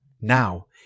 Now